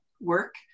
work